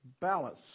balance